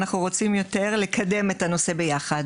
אנחנו רוצים יותר לקדם את הנושא ביחד.